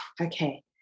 okay